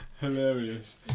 Hilarious